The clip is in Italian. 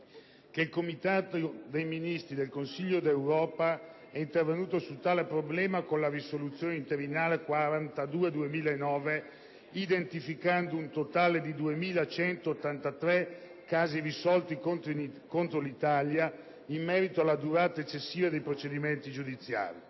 che il Comitato dei ministri del Consiglio d'Europa è intervenuto su tale problema con la risoluzione interinale n. 42 del 2009, identificando un totale di 2.183 casi risolti contro l'Italia in merito alla durata eccessiva dei procedimenti giudiziari.